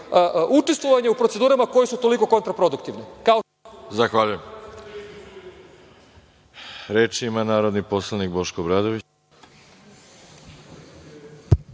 učestvovanja u procedurama koje su toliko kontraproduktivne